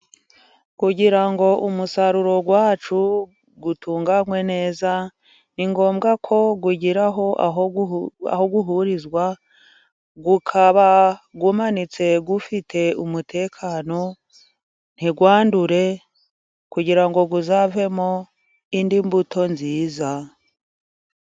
Kugira ngo umusaruro wacu utunganwe neza ,ni ngombwa ko ugira aho uhurizwa ukaba umanitse ufite umutekano ntiwandure ,kugira ngo uzavemo indi mbuto nziza.